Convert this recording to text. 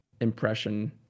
impression